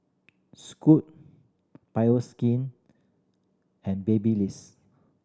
Scoot Bioskin and Babyliss